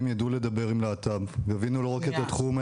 ידעו לדבר עם להט"ב ויבינו לא רק את התחום,